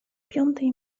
piątej